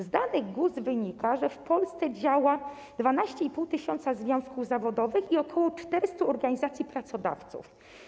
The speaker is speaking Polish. Z danych GUS wynika, że w Polsce działa 12,5 tys. związków zawodowych i ok. 400 organizacji pracodawców.